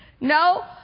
No